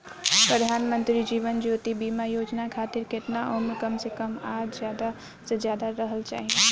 प्रधानमंत्री जीवन ज्योती बीमा योजना खातिर केतना उम्र कम से कम आ ज्यादा से ज्यादा रहल चाहि?